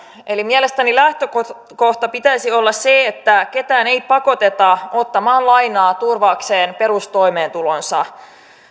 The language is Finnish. mielestäni lähtökohdan pitäisi olla se että ketään ei pakoteta ottamaan lainaa turvatakseen perustoimeentulonsa